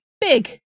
big